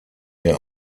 der